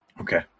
Okay